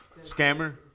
Scammer